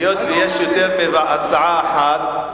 היות שיש יותר מהצעה אחת,